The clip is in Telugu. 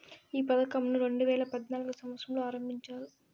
ఈ పథకంను రెండేవేల పద్నాలుగవ సంవచ్చరంలో ఆరంభించారు